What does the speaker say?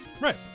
Right